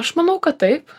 aš manau kad taip